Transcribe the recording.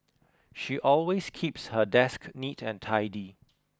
she always keeps her desk neat and tidy